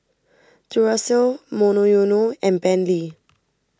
Duracell Monoyono and Bentley